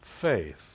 faith